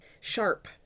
sharp